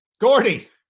Gordy